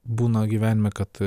būna gyvenime kad